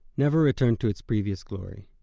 never returned to its previous glory.